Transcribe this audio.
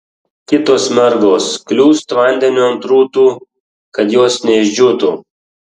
kitos mergos kliūst vandeniu ant rūtų kad jos neišdžiūtų